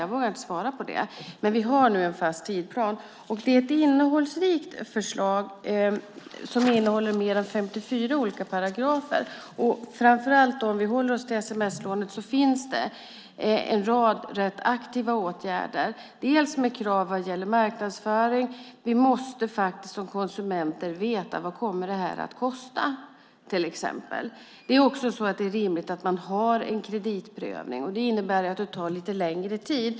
Jag vågar inte svara på det, men vi har nu en fast tidsplan. Det är ett innehållsrikt förslag som innehåller mer än 54 olika paragrafer. Framför allt, om vi håller oss till sms-lånen, finns det en rad rätt aktiva åtgärder. Det är krav vad gäller marknadsföring. Vi måste faktiskt som konsumenter veta vad det kommer att kosta, till exempel. Det är också rimligt att man har en kreditprövning. Det innebär att det tar lite längre tid.